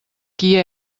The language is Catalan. qui